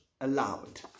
allowed